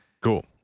Cool